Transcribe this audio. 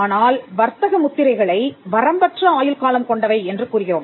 ஆனால் வர்த்தக முத்திரைகளை வரம்பற்ற ஆயுள்காலம் கொண்டவை என்று கூறுகிறோம்